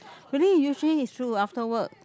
really usually it's true after work